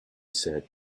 said